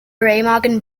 remagen